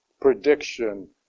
prediction